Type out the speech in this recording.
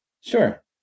Sure